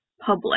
public